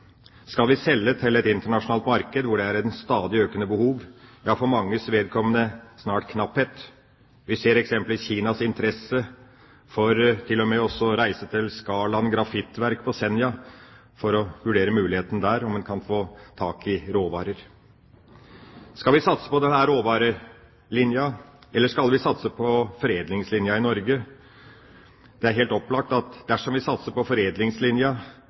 internasjonalt marked hvor det er et stadig økende behov – for manges vedkommende snart knapphet? Vi ser f.eks. Kinas interesse for til og med å reise til Skaland Grafittverk på Senja for å vurdere muligheten for om en kan få tak i råvarer. Skal vi i Norge satse på denne råvarelinja, eller skal vi satse på foredlingslinja? Det er helt opplagt at dersom vi satser på foredlingslinja,